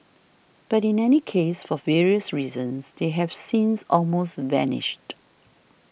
but in any case for various reasons they have since almost vanished